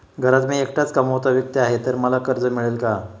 घरात मी एकटाच कमावता व्यक्ती आहे तर मला कर्ज मिळेल का?